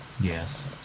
yes